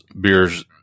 beers